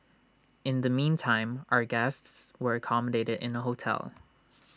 in the meantime our guests were accommodated in A hotel